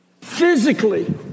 Physically